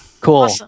Cool